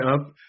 up